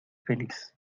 feliz